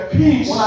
peace